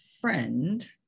friend